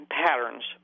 patterns